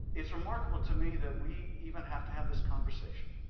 is remarkable to me that we even have to have this conversation